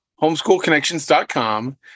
homeschoolconnections.com